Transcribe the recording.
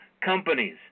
companies